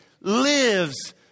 lives